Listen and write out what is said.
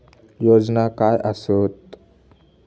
योजना काय आसत?